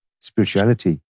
spirituality